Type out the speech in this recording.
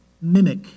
mimic